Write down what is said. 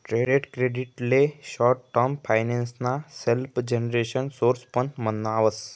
trade credit ले short term finance ना self generation source पण म्हणावस